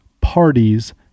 parties